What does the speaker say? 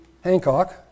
Hancock